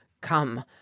come